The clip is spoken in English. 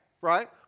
right